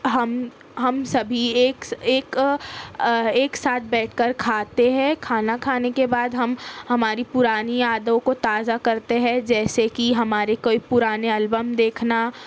ہم ہم سبھی ایک ایک ساتھ بیٹھ کر کھاتے ہیں کھانا کھانے کے بعد ہم ہماری پرانی یادوں کو تازہ کرتے ہیں جیسے کہ ہمارے کوئی پرانے البم دیکھنا